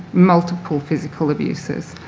multiple physical abuses.